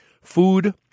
Food